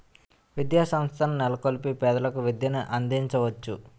విద్యాసంస్థల నెలకొల్పి పేదలకు విద్యను అందించవచ్చు